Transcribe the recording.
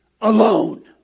alone